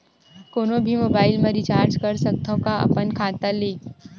कोनो भी मोबाइल मा रिचार्ज कर सकथव का अपन खाता ले?